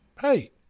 hey